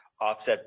offset